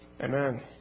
Amen